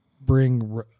bring